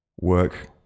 work